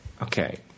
Okay